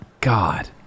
God